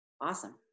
Awesome